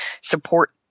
support